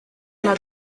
una